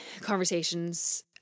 conversations